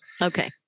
Okay